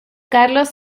carlos